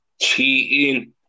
cheating